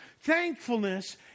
Thankfulness